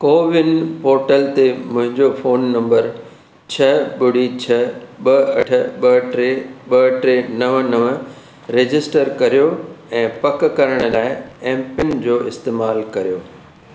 CoWIN portal ते मुंहिंजो phone number छह ॿुड़ी छह ॿ अठ ॿ टे ॿ टे नव नव रजिस्टर करियो ऐं पक करण लाइ एमपिन जो इस्तेमालु कयो